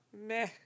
meh